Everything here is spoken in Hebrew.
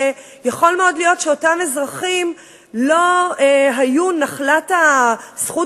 שיכול מאוד להיות שלאותם אזרחים לא היתה הזכות